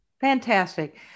Fantastic